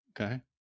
Okay